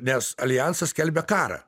nes aljansas skelbia karą